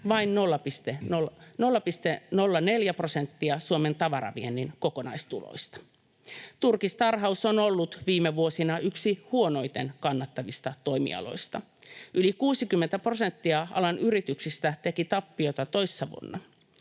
vain 0,04 prosenttia Suomen tavaraviennin kokonaistuloista. Turkistarhaus on ollut viime vuosina yksi huonoiten kannattavista toimialoista. Yli 60 prosenttia alan yrityksistä teki tappiota toissa vuonna.